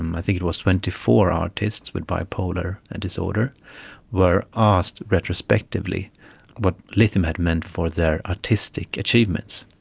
um i think it was twenty four artists with bipolar and disorder were asked retrospectively what lithium had meant for their artistic achievements.